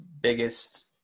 biggest